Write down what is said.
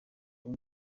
ubu